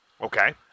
Okay